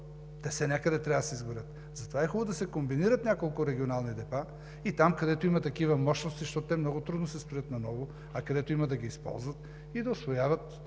Те все някъде трябва да се изгорят. Затова е хубаво да се комбинират няколко регионални депа там, където има такива мощности, защото те много трудно се строят наново, а където има – да ги използват и да усвояват